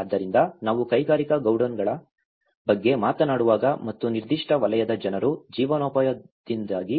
ಆದ್ದರಿಂದ ನಾವು ಕೈಗಾರಿಕಾ ಗೋಡೌನ್ಗಳ ಬಗ್ಗೆ ಮಾತನಾಡುವಾಗ ಮತ್ತು ನಿರ್ದಿಷ್ಟ ವಲಯದ ಜನರ ಜೀವನೋಪಾಯದೊಂದಿಗೆ